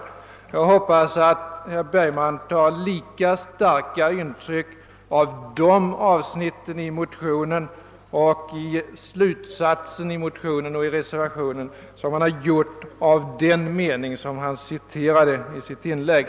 Jag hoppas att herr Bergman tar lika starka intryck av dessa avsnitt i motionen och av motionens och reservationens slutsats som han gjort beträffande den mening han citerade i sitt inlägg.